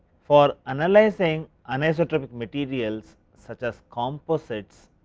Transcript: for analyzing um anisotropic materials such as composites,